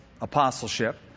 apostleship